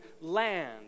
land